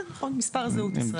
כן נכון, מספר זהות ישראלי.